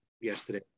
yesterday